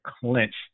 clinch